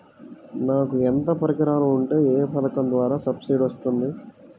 నాకు యంత్ర పరికరాలు ఉంటే ఏ పథకం ద్వారా సబ్సిడీ వస్తుంది?